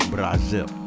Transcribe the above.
Brazil